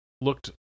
looked